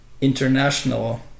international